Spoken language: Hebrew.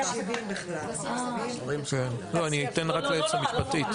לא, אני אתן רק ליועצת המשפטית.